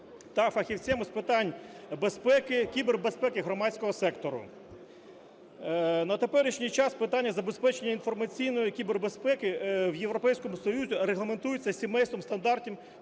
та фахівцями з питань безпеки, кібербезпеки громадського сектору. На теперішній час питання забезпечення інформаційної кібербезпеки в Європейському Союзі регламентується сімейством стандартів